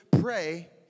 pray